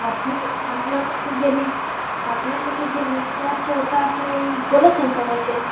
আপনি আপনার কাছে যে লিস্ট আপনার কাছে যে লিস্টটা আছে ওটা আপনি বলেছেন সবাইকে